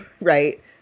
right